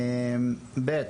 שנית,